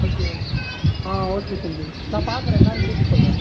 okay okay ஆ okay Sanjay நான் பார்க்குறேன் என்னன்னு கேட்டு சொல்கிறேன்